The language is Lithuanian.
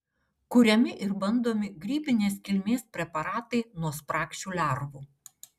kuriami ir bandomi grybinės kilmės preparatai nuo spragšių lervų